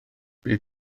bydd